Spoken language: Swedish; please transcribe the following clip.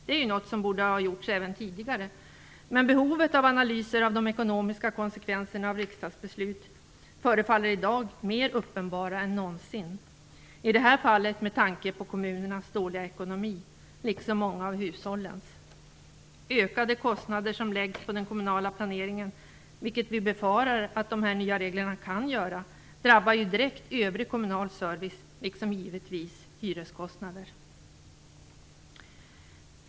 Det är ju något som borde ha gjorts även tidigare, men behovet av analyser av de ekonomiska konsekvenserna av riksdagsbeslut förefaller i dag mer uppenbara än någonsin, i det här fallet med tanke på kommunernas dåliga ekonomi, liksom många av hushållens. Ökade kostnader som läggs på den kommunala planeringen, vilket vi befarar att dessa nya regler kan göra, drabbar ju direkt övrig kommunal service liksom givetvis hyreskostnader.